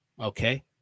Okay